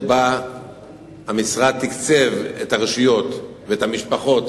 שבה המשרד תקצב את הרשויות ואת המשפחות